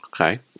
okay